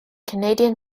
canadian